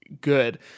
good